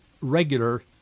regular